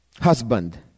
husband